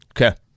Okay